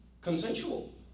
consensual